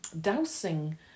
dousing